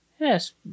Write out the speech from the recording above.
Yes